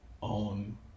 on